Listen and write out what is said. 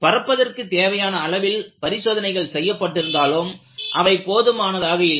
பறப்பதற்கு தேவையான அளவில் பரிசோதனைகள் செய்யப்பட்டிருந்தாலும் அவை போதுமானதாக இல்லை